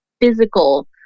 physical